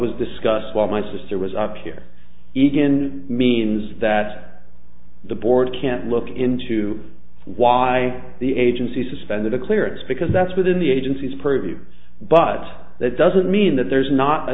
was discussed while my sister was up here even means that the board can't look into why the agency suspended a clearance because that's within the agency's preview but that doesn't mean that there's not a